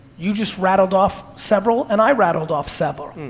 you just rattled off several, and i rattled off several.